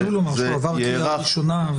חשוב לומר שהוא עבר קריאה ראשונה.